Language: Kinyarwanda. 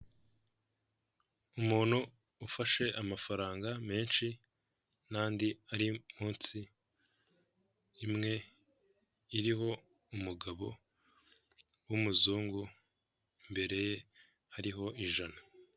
Umuntu ufashe amafaranga menshi n'andi ari munsi, imwe iriho umugabo w'umuzungu, imbere ye hariho ijana.